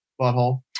butthole